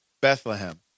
Bethlehem